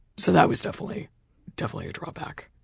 so that was definitely definitely a drawback.